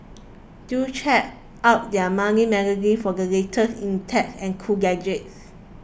do check out their monthly magazine for the latest in tech and cool gadgets